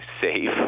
safe